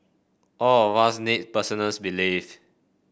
all of us need 's belief